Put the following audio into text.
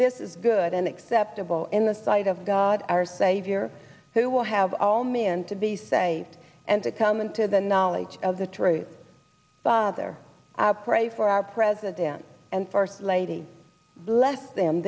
this is good and acceptable in the sight of god our savior who will have all man to be saved and to come to the knowledge of the true father pray for our president and first lady bless them